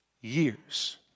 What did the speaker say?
years